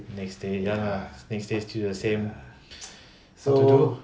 next day next day still the same what to do